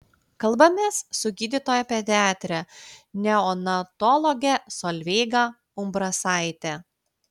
kalbamės su gydytoja pediatre neonatologe solveiga umbrasaite